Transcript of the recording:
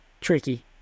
tricky